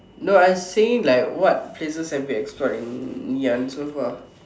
no I saying like what places have you explored in Ngee-Ann so far